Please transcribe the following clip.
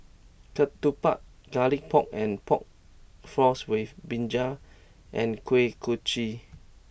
Ketupat Garlic Pork and Pork Floss with Brinjal and Kuih Kochi